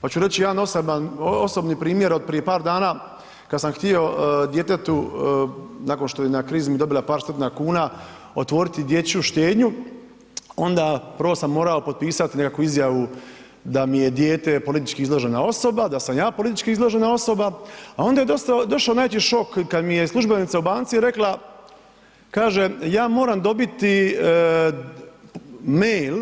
Pa hoću reći jedan osobni primjer od prije par dana kad sam htio djetetu nakon što je na krizmi dobila par stotina kuna otvoriti dječju štednju, onda, prvo sam morao potpisati nekakvu izjavu da mi je dijete politički izložena osoba, da sam ja politički izložena osoba, a onda je došao najveći šok kad mi je službenica u banci rekla, kaže, ja moram dobiti mail